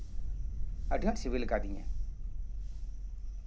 ᱟᱹᱰᱤ ᱟᱸᱴ ᱥᱤᱵᱤᱞ ᱠᱟᱫᱤᱧᱟᱹ